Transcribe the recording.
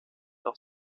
auf